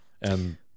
And-